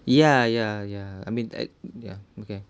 ya ya ya I mean uh ya okay